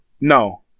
no